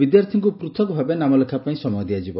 ବିଦ୍ୟାର୍ଥୀଙ୍କୁ ପୂଥକ ଭାବେ ନାମଲେଖାପାଇଁ ସମୟ ଦିଆଯିବ